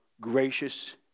gracious